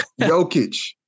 Jokic